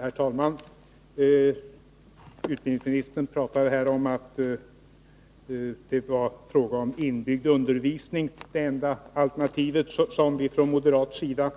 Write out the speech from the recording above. Herr talman! Utbildningsministern säger att det enda alternativ som vi från moderat sida